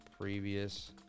previous